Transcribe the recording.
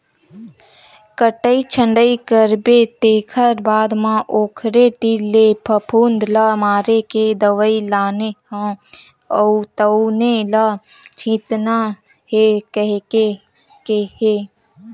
कटई छटई करबे तेखर बाद म ओखरे तीर ले फफुंद ल मारे के दवई लाने हव तउने ल छितना हे केहे हे